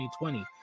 2020